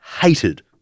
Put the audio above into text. hated